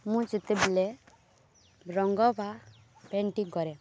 ମୁଁ ଯେତେବେଲେ ରଙ୍ଗ ବା ପେଣ୍ଟିଂ କରେ